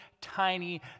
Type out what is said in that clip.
tiny